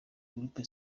groupe